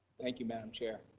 thank you, madam chair.